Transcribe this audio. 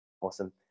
Awesome